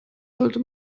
sollte